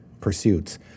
pursuits